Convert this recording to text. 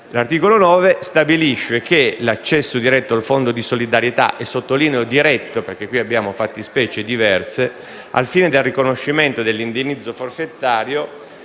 L'articolo 9 stabilisce che l'accesso diretto al fondo di solidarietà - e sottolineo diretto perché le fattispecie sono diverse - al fine del riconoscimento dell'indennizzo forfetario